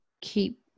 keep